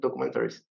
documentaries